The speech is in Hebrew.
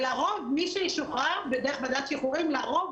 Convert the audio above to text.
לרוב, מי שישוחרר דרך ועדת שחרורים לרוב